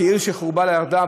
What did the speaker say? כעיר שחוברה לה יחדיו,